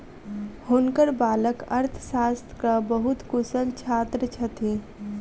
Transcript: हुनकर बालक अर्थशास्त्रक बहुत कुशल छात्र छथि